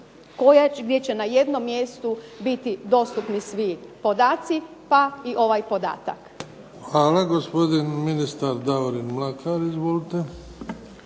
gdje će na jednom mjestu biti dostupni svi podaci pa i ovaj podatak? **Bebić, Luka (HDZ)** Hvala. Gospodin ministar Davorin Mlakar. Izvolite.